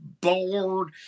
bored